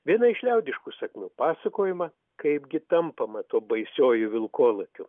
viena iš liaudiškų sakmių pasakojama kaipgi tampama tuo baisiuoju vilkolakiu